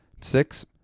Six